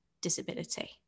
disability